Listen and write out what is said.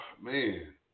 Man